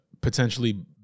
potentially